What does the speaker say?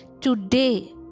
today